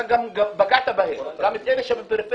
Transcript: אתה גם פגעת בהם, גם את אלה שבפריפריה